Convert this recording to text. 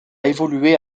évolué